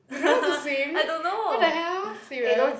you don't know how to swim what the hell serious